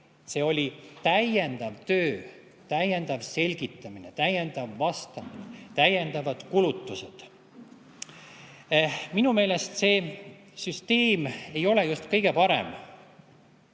jaoks] täiendav töö, täiendav selgitamine, täiendav vastamine, täiendavad kulutused. Minu meelest see süsteem ei ole just kõige parem